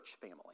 family